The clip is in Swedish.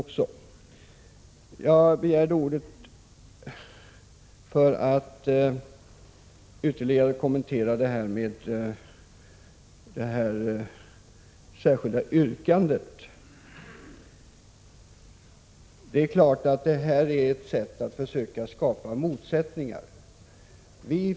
Jag begärde ordet för att ytterligare kommentera det särskilda yrkandet. Det är ett sätt att försöka skapa motsättningar.